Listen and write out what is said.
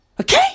Okay